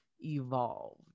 evolved